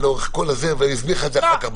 טועה, ואני אסביר לך את זה אחר כך במליאה.